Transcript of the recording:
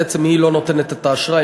בעצם היא לא נותנת את האשראי,